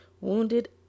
wounded